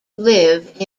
live